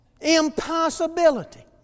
Impossibility